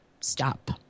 stop